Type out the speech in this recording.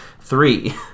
Three